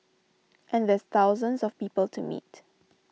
and there's thousands of people to meet